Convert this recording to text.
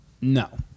no